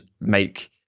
make